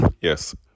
yes